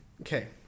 Okay